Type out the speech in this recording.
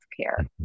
care